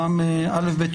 א.ב.